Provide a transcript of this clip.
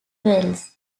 wells